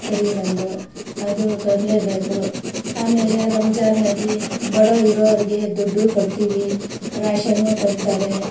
ಕುರಿ ಬಂದು ಅದು ತರ್ಲೇಬೇಕು ಆಮೇಲೆ ರಂಜಾನ್ನಗಿ ಬಡವ್ರು ಇರೋರ್ಗೆ ದುಡ್ಡು ಕೊಡ್ತೀವಿ ರ್ಯಾಷನ್ನು ಕೊಡ್ತಾರೆ